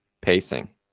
pacing